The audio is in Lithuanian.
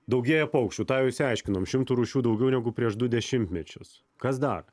daugėja paukščių tą jau išsiaiškinom šimtu rūšių daugiau negu prieš du dešimtmečius kas dar